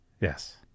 Yes